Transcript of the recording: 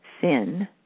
sin